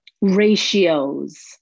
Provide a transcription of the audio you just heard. ratios